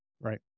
Right